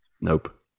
Nope